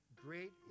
Great